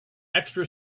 extra